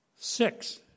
Six